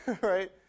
right